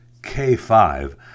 k5